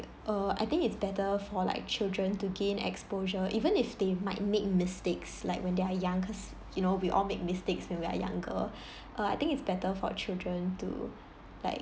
uh I think it's better for like children to gain exposure even if they might make mistakes like when they're young cause you know we all make mistakes when we are younger uh I think it's better for children to like